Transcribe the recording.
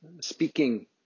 speaking